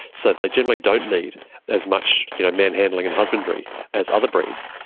so they generally don't need as much you know manhandling and husbandry as other breeds.